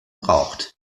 braucht